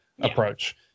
approach